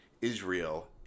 Israel